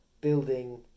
building